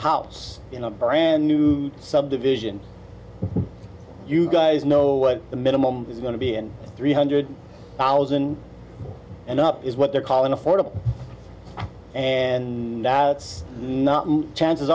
house in a brand new subdivision you guys know what the minimum is going to be and three hundred thousand and up is what they're calling affordable and it's not chances